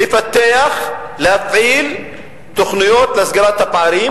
לפתח ולהפעיל תוכניות לסגירת הפערים,